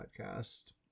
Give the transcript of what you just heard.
podcast